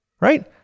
right